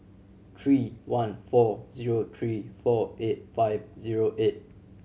three one four zero three four eight five zero eight